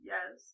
Yes